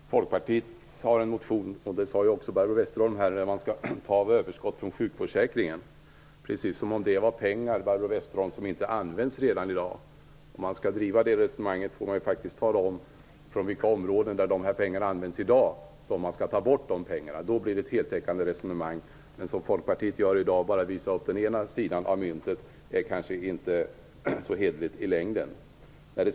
Herr talman! Folkpartiet skriver i en motion, precis som Barbro Westerholm sade här, att man skall ta av överskott från sjukförsäkringen. Precis som om det var pengar som inte används redan i dag. Om man skall driva det resonemanget får man faktiskt tala om från vilka områden, där de här pengarna används i dag, som man skall ta bort pengar. Då blir det ett heltäckande resonemang. Men att, som Folkpartiet gör i dag, bara visa upp den ena sidan av myntet, är kanske inte så hederligt i längden.